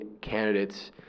candidates